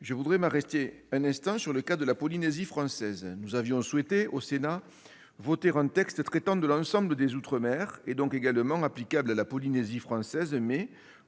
Je voudrais m'arrêter un instant sur le cas de la Polynésie française. Le Sénat a voulu voter un texte traitant de l'ensemble des outre-mer, dont la Polynésie française,